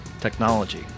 technology